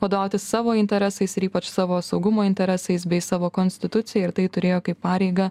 vadovautis savo interesais ir ypač savo saugumo interesais bei savo konstitucija ir tai turėjo kaip pareigą